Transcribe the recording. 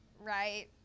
right